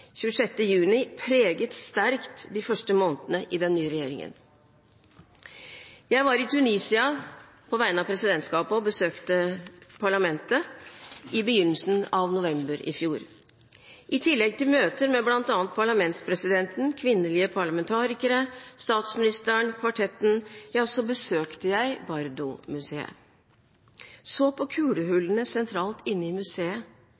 26. juni preget sterkt de første månedene i den nye regjeringen. Jeg var, på vegne av presidentskapet, i Tunisia og besøkte parlamentet i begynnelsen av november i fjor. I tillegg til møtet med bl.a. parlamentspresidenten, kvinnelige parlamentarikere, statsministeren og kvartetten, besøkte jeg Bardo-museet. Jeg så på kulehullene sentralt inne i museet